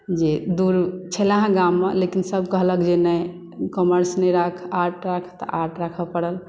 जे दूर छलए हेँ गाममे लेकिन सभ कहलक जे नहि कॉमर्स नहि राख आर्ट राख तऽ आर्ट राखय पड़ल